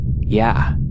Yeah